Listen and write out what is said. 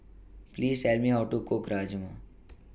Please Tell Me How to Cook Rajma